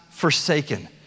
forsaken